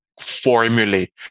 formulate